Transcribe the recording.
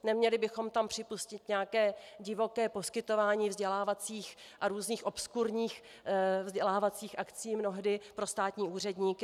Neměli bychom tam připustit nějaké divoké poskytování vzdělávacích a různých obskurních vzdělávacích akcí mnohdy pro státní úředníky.